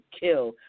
kill